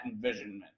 envisionment